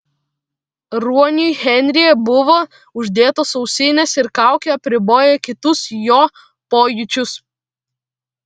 ruoniui henryje buvo uždėtos ausinės ir kaukė apriboję kitus jo pojūčius